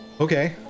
Okay